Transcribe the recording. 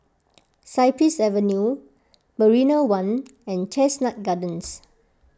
Cypress Avenue Marina one and Chestnut Gardens